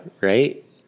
Right